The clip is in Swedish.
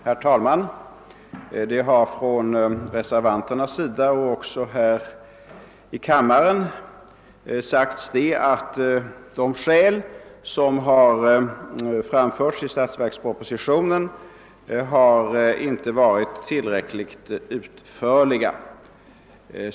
Herr talman! Reservanterna och även talare i denna kammare har framhållit att de skäl som framförts i statsverkspropositionen inte varit tillräckligt utförliga.